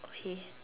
okay